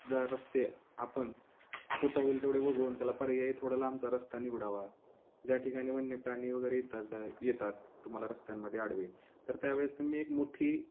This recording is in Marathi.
ज रस्ते आपण होता होईल तेवढे वगळून त्याला पर्याय थोडा लांबचा रस्ता निवडावा ज्या ठिकाणी वन्य प्राणी वगैरे येतात दा येतात तुम्हाला रस्त्यांमध्ये आडवे तर त्यावेळेस तुम्ही एक मोठी